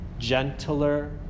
Gentler